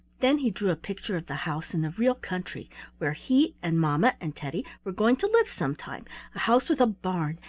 then he drew a picture of the house in the real country where he and mamma and teddy were going to live some time a house with a barn,